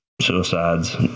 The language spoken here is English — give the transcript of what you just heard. suicides